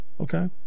Okay